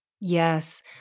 Yes